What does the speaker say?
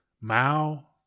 Mao